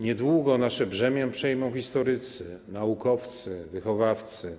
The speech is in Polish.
„Niedługo nasze brzemię przejmą historycy, naukowcy, wychowawcy.